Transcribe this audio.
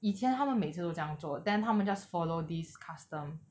以前他们每次都这样做 then 他们 just follow this custom